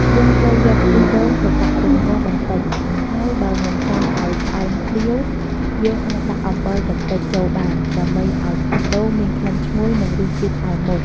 យើងត្រូវយកខ្ទិះដូងទៅដាក់រំងាស់បន្តិច ហើយបើមិនចង់ឱ្យផ្អែមភ្លាវ យើងអាចដាក់អំបិលបន្តិចចូលបាន ដើម្បីឱ្យខ្ទិះដូងមានក្លិនឈ្ងុយ និងរសជាតិផ្អែមមុត។